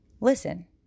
listen